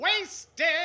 wasted